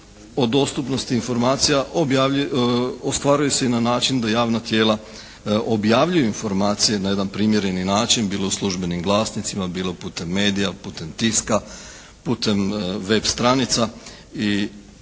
o dostupnosti informacija ostvaruje se i na način da javna tijela objavljuju informacije na jedan primjereni način, bilo u službenim glasnicima, bilo putem medija, putem tiska, putem web stranica i